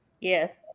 Yes